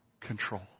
control